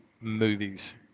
movies